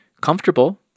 comfortable